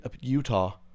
Utah